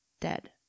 dead